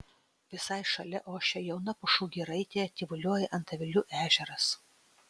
visai šalia ošia jauna pušų giraitė tyvuliuoja antavilių ežeras